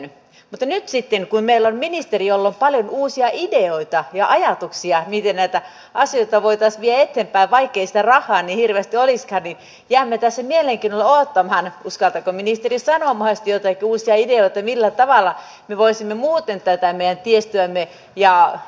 mutta nyt sitten kun meillä on ministeri jolla on paljon uusia ideoita ja ajatuksia miten näitä asioita voitaisiin viedä eteenpäin vaikkei sitä rahaa niin hirveästi olisikaan jäämme tässä mielenkiinnolla odottamaan uskaltaako ministeri sanoa mahdollisesti joitakin uusia ideoita millä tavalla me voisimme muuten tätä meidän tiestöämme ja voimassa olevaa verkostoa käyttää hyväksi